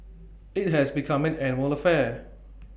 IT has become an annual affair